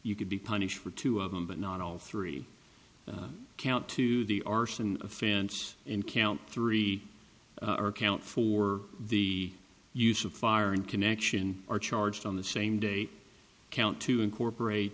you could be punished for two of them but not all three count to the arson offense in count three count for the use of foreign connection are charged on the same day count two incorporate